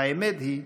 והאמת היא: